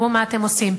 תראו מה אתם עושים.